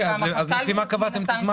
אז לפי מה קבעתם את הזמן?